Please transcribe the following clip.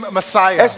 Messiah